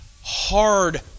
hard